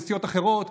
מסיעות אחרות,